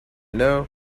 know